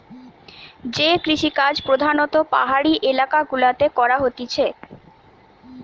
যে কৃষিকাজ প্রধাণত পাহাড়ি এলাকা গুলাতে করা হতিছে